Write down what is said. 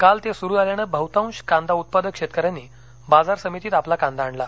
काल ते सुरू झाल्यानं बहुतांश कांदा उत्पादक शेतकऱ्यांनी बाजार समितीत आपला कांदा आणला